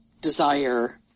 desire